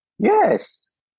Yes